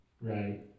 right